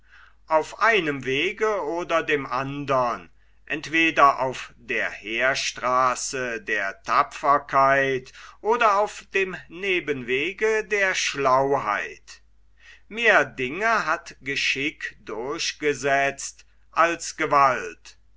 auf einem wege oder dem andern entweder auf der heerstraße der tapferkeit oder auf dem nebenwege der schlauheit mehr dinge hat geschick durchgesetzt als gewalt